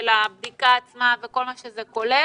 לבדיקה עצמה וכל מה שזה כולל